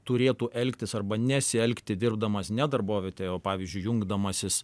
turėtų elgtis arba nesielgti dirbdamas ne darbovietėje o pavyzdžiui jungdamasis